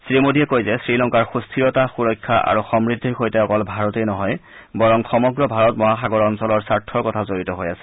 শ্ৰীমোডীয়ে কয় যে শ্ৰীলংকাৰ সুস্থিৰতা সুৰক্ষা আৰু সমূদ্ধিৰ সৈতে অকল ভাৰতেই নহয় বৰং সমগ্ৰ ভাৰত মহাসাগৰ অঞ্চলৰ স্বাৰ্থৰ কথা জড়িত হৈ আছে